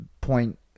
point